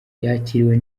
yakiriwe